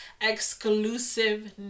exclusive